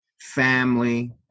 family